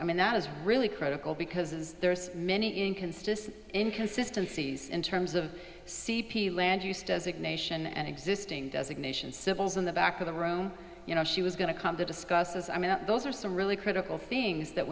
i mean that is really critical because there are so many inconsistent inconsistency in terms of c p land use designation and existing designations symbols on the back of the room you know she was going to come to discuss as i mean those are some really critical things that